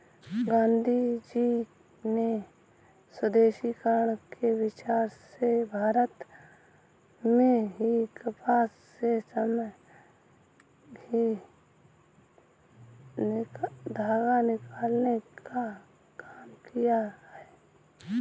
गाँधीजी ने स्वदेशीकरण के विचार से भारत में ही कपास से स्वयं ही धागा निकालने का काम किया